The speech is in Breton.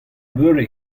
beure